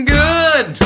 good